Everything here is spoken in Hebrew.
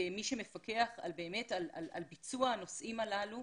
כמי שמפקח על ביצוע הנושאים הללו,